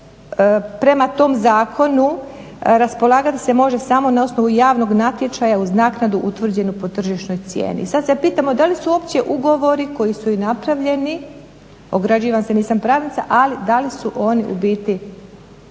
Prema tom zakonu raspolagat se može samo na osnovu javnog natječaja uz naknadu utvrđenu po tržišnoj cijeni. I sad se pitamo da li su opće ugovori koji su i napravljeni, ograđivah se nisam pravnica ali da li su oni ubiti pravno